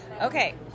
Okay